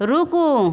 रूकु